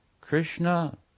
Krishna